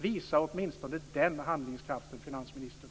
Visa åtminstone den handlingskraften, finansministern!